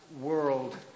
world